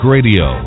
Radio